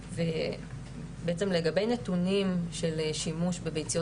בעצם לגבי נתונים של שימוש בביציות